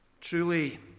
Truly